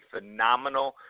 phenomenal